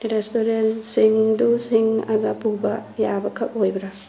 ꯔꯦꯁꯇꯨꯔꯦꯟꯁꯤꯡꯗꯨ ꯁꯤꯡꯉꯒ ꯄꯨꯕ ꯌꯥꯕꯈꯛ ꯑꯣꯏꯕꯔꯥ